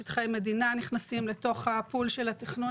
שטחי מדינה נכנסים לתוך הפול של התכנון